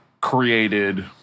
created